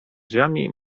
drzwiami